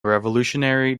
revolutionary